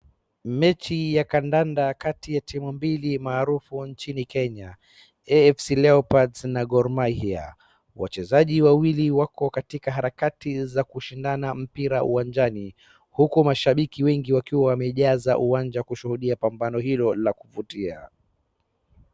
Mechi ya kandanda kati ya timu mbili maarufu nchini Kenya, AFC leopards na Gor Mahia. Wachezaji wawili wako harakati za kushindana mpira uwanjani huku mashabiki wengi wakiwa wamejaza uwanja kushuhudia pambano hilo la kuvutia.